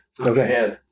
Okay